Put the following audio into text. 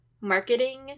marketing